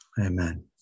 Amen